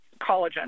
collagen